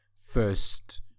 first